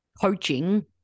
coaching